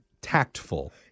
tactful